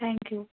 thank you